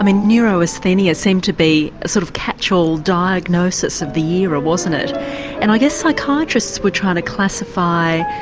um neurasthenia seemed to be a sort of catch all diagnosis of the era wasn't it and i guess psychiatrists were trying to classify,